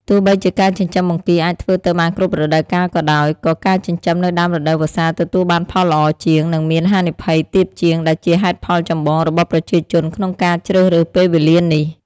ទោះបីជាការចិញ្ចឹមបង្គាអាចធ្វើទៅបានគ្រប់រដូវកាលក៏ដោយ ក៏ការចិញ្ចឹមនៅដើមរដូវវស្សាទទួលបានផលល្អជាង និងមានហានិភ័យទាបជាង ដែលជាហេតុផលចម្បងរបស់ប្រជាជនក្នុងការជ្រើសរើសពេលវេលានេះ។